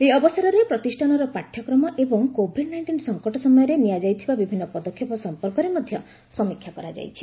ଏହି ଅବସରରେ ପ୍ରତିଷ୍ଠାନର ପାଠ୍ୟକ୍ରମ ଏବଂ କୋଭିଡ୍ ନାଇଣ୍ଟିନ୍ ସଂକଟ ସମୟରେ ନିଆଯାଇଥିବା ବିଭିନ୍ନ ପଦକ୍ଷେପ ସଂପର୍କରେ ମଧ୍ୟ ସମୀକ୍ଷା କରାଯାଇଛି